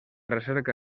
recerca